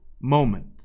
moment